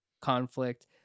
conflict